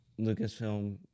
lucasfilm